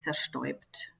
zerstäubt